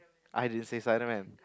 I didn't say Spiderman